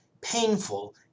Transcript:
painful